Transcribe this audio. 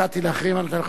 אני נותן לך שתי דקות,